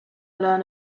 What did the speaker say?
learn